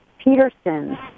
Peterson